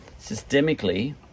systemically